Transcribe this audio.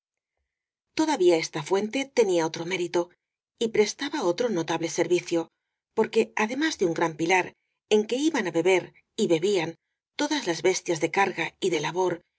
todavía esta fuente tenía otro mérito y prestaba otio notable servicio porque además de un gran pilar en que iban á beber y bebían todas las bes tias de carga y de labor y